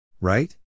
Right